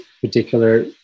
particular